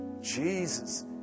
Jesus